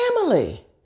family